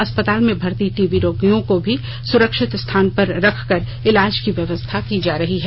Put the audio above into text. अस्पताल में भर्ती टीवी रोगियों को भी सुरक्षित स्थान पर रखकर इलाज की व्यवस्था की जा रही है